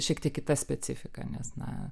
šiek tiek kita specifika nes na